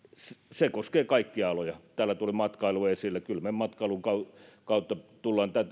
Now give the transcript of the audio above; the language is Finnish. se koskee kaikkia aloja täällä tuli matkailu esille kyllä me matkailua tulemme